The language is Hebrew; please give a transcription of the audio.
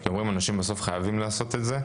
כי אומרים שאנשים בסוף חייבים לעשות את זה.